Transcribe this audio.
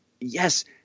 yes